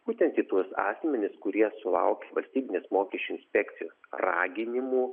būtent į tuos asmenis kurie sulaukė valstybinės mokesčių inspekcijos raginimų